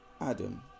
Adam